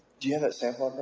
do you have that sample i